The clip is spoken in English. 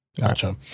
Gotcha